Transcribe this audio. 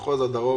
מחוז דרום